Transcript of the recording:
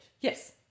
Yes